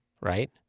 right